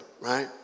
right